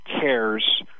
cares